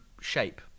shape